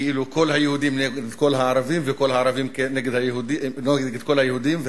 כאילו כל היהודים נגד הערבים וכל הערבים נגד כל היהודים.